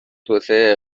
توسعه